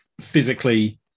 physically